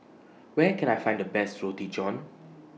Where Can I Find The Best Roti John